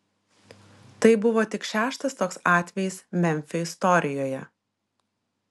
tai buvo tik šeštas toks atvejis memfio istorijoje